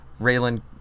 Raylan